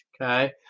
okay